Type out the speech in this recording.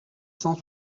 cent